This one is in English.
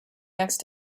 next